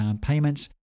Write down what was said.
payments